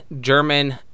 German